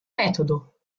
metodo